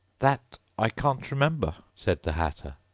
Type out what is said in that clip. that i can't remember said the hatter.